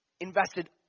invested